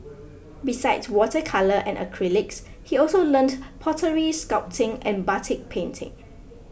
besides water colour and acrylics he also learnt pottery sculpting and batik painting